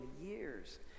years